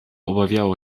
obawiało